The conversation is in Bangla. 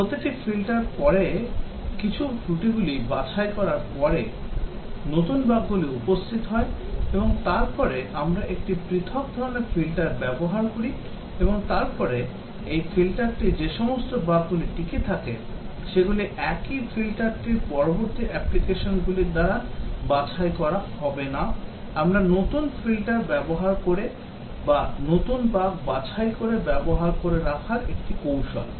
প্রতিটি ফিল্টার পরে কিছু ত্রুটিগুলি বাছাই করার পরে নতুন বাগগুলি উপস্থিত হয় এবং তারপরে আমরা একটি পৃথক ধরণের ফিল্টার ব্যবহার করি এবং তারপরে এই ফিল্টারটি যে সমস্ত বাগগুলি টিকে থাকে সেগুলি একই ফিল্টারটির পরবর্তী অ্যাপ্লিকেশনগুলির দ্বারা বাছাই করা হবে না আমরা নতুন ফিল্টার ব্যবহার করে বা নতুন বাগ বাছাই করে ব্যবহার করে রাখার একটি কৌশল